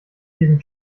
diesen